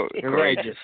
Courageous